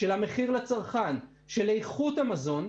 של המחיר לצרכן ושל איכות המזון,